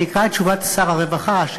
אני אקרא את תשובת שר הרווחה,